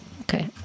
Okay